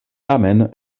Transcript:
tamen